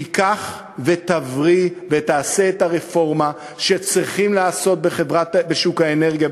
תיקח ותבריא ותעשה את הרפורמה שצריכים לעשות בשוק האנרגיה,